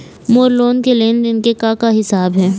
मोर loan के लेन देन के का हिसाब हे?